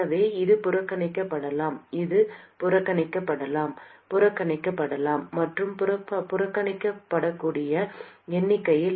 எனவே இது புறக்கணிக்கப்படலாம் இது புறக்கணிக்கப்படலாம் புறக்கணிக்கப்படலாம் மற்றும் புறக்கணிக்கக்கூடிய எண்ணிக்கையில்